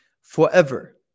forever